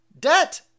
debt